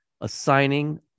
assigning